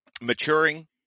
maturing